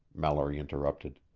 mallory interrupted.